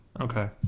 Okay